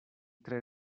tre